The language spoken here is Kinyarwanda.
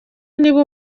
niba